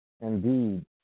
indeed